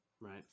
right